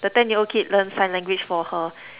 the ten year old kid learn sign language for her